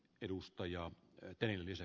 arvoisa puhemies